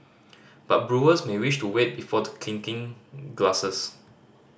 but brewers may wish to wait before clinking glasses